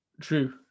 true